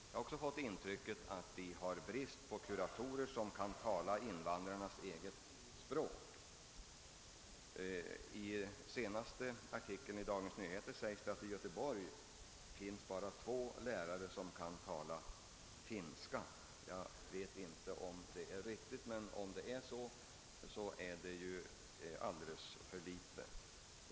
Jag har också fått det intrycket att vi har brist på kuratorer som kan tala invandrarnas eget språk. I den senaste artikeln i Dagens Nyheter meddelas t.ex. att det bara finns två sådana lärare i Göteborg som kan tala finska. Om uppgiften är riktig så måste antalet sådana lärare vara alldeles för litet i en stad som Göteborg.